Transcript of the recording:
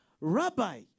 Rabbi